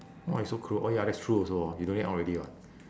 why you so cruel oh ya that's true also ah you donate it out already [what]